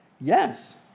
Yes